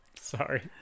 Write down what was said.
Sorry